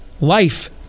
life